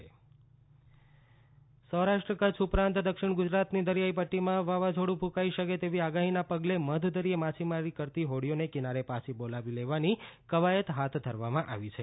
વાવાઝોડું માછીમારો હાઇએલર્ટ સૌરાષ્ટ્ર કચ્છ ઉપરાંત દક્ષિણ ગુજરાતની દરિયાઈ પદ્દીમાં વાવાઝોડું ક્રંકાઈ શકે તેવી આગાહીના પગલે મધદરિયે માછીમારી કરતી હોડીઓને કિનારે પાછી બોલાવી લેવાની કવાયત હાથ ધરવામાં આવી છે